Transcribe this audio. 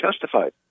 justified